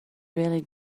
really